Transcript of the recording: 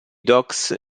docks